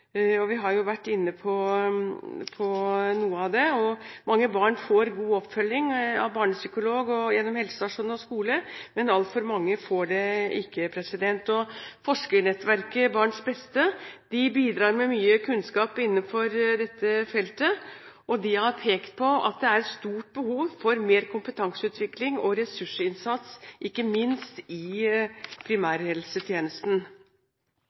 Vi har vært inne på noe av det, og mange barn får god oppfølging av barnepsykolog og gjennom helsestasjon og skole, men altfor mange får det ikke. Forskernettverket BarnsBeste bidrar med mye kunnskap innenfor dette feltet, og de har pekt på at det er et stort behov for mer kompetanseutvikling og ressursinnsats, ikke minst i